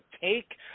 take